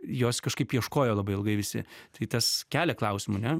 jos kažkaip ieškojo labai ilgai visi tai tas kelia klausimų ne